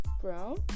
brown